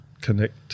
connect